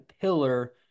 pillar